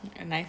and I